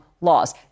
laws